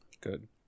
Good